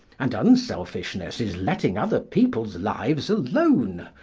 and unselfishness is letting other people's lives alone,